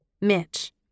Mitch